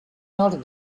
nos